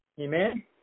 Amen